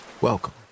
Welcome